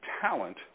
talent